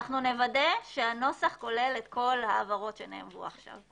נוודא שהנוסח כולל את כל ההבהרות שהועלו עכשיו.